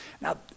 Now